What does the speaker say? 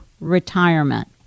retirement